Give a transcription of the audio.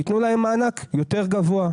ייתנו להם מענק יותר גבוה,